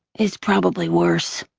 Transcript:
it's probably worse.